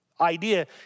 idea